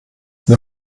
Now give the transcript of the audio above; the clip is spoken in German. wer